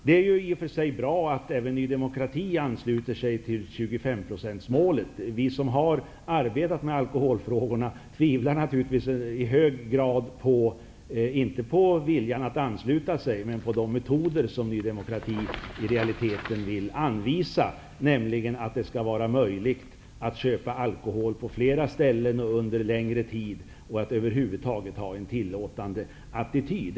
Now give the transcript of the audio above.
Det är i och för sig bra att även Ny demokrati har anslutit sig till 25-procentsmålet. Vi som har arbetat med alkoholfrågorna tvivlar naturligtvis i hög grad på, inte viljan att ansluta sig, utan de metoder som Ny demokrati i realiteten vill införa, nämligen att det skall vara möjligt att köpa alkohol på fler ställen och under längre tid och att det över huvud taget skall vara en tillåtande attityd.